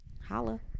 holla